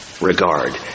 regard